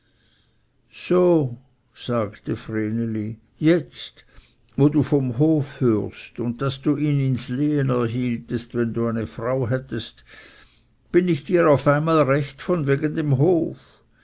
so sagte vreneli jetzt wo du vom hof hörst und daß du ihn ins lehen erhieltest wenn du eine frau hättest bin ich dir auf einmal recht von wegen dem hof